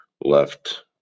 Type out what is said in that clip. left